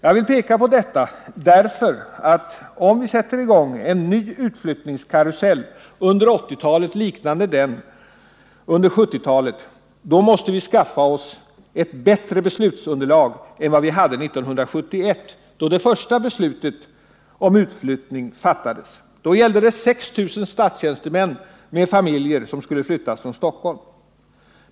Jag vill peka på detta därför att om vi sätter i gång en ny utflyttningskarusell under 1980-talet liknande den under 1970-talet, måste vi skaffa oss ett avsevärt tillförlitligare och bättre beslutsunderlag än vad vi hade 1971, då det första beslutet om utflyttning fattades. Då gällde det 6 000 statstjänstemän som med familjer skulle flyttas från Stockholm.